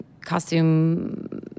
costume